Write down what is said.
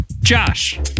Josh